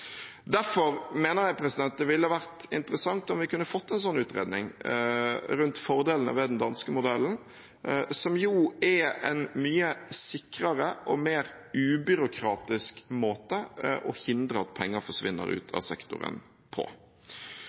Derfor mener jeg det ville vært interessant om vi kunne ha fått en slik utredning rundt fordelene ved den danske modellen, som jo er en mye sikrere og mer ubyråkratisk måte å hindre at penger forsvinner ut av sektoren på.